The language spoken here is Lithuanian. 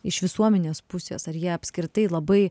iš visuomenės pusės ar jie apskritai labai